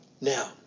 Now